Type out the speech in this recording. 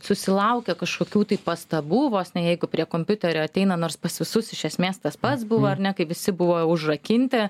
susilaukia kažkokių tai pastabų vos ne jeigu prie kompiuterio ateina nors pas visus iš esmės tas pats buvo ar ne kai visi buvo užrakinti